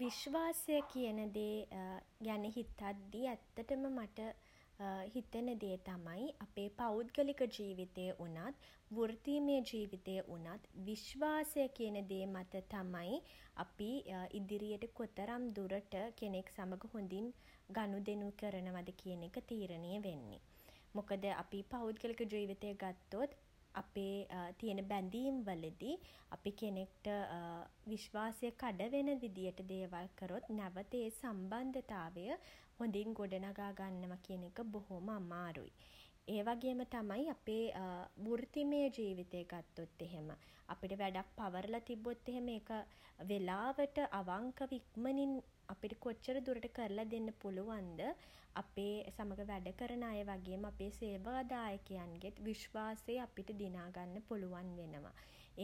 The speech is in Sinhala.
විශ්වාසය කියන දේ ගැන හිතද්දි ඇත්තටම මට හිතෙන දේ තමයි අපේ පෞද්ගලික ජීවිතය වුණත් වෘත්තීමය ජීවිතයේ වුණත් විශ්වාසය කියන දේ මත තමයි අපි ඉදිරියට කොතරම් දුරට කෙනෙක් සමඟ හොඳින් ගනුදෙනු කරනවද කියන එක තීරණය වෙන්නෙ. මොකද අපි පෞද්ගලික ජීවිතය ගත්තොත් අපේ තියෙන බැඳීම් වලදී අපි කෙනෙක්ට විශ්වාසය කඩ වෙන විදියට දේවල් කරොත් නැවත ඒ සම්බන්ධතාවය හොඳින් ගොඩනගා ගන්නවා කියන එක බොහොම අමාරුයි. ඒ වගේම තමයි අපේ වෘත්තිමය ජීවිතය ගත්තොත් එහෙම අපිට වැඩක් පවරලා තිබ්බොත් එහෙම ඒක වෙලාවට අවංකව ඉක්මනින් අපිට කොච්චර දුරට කරලා දෙන්න පුළුවන්ද අපේ සමග වැඩ කරන අය වගේම අපේ සේවාදායකයන්ගෙත් විශ්වාසය අපිට දිනාගන්න පුළුවන් වෙනවා.